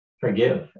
forgive